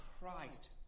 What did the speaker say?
Christ